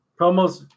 Promos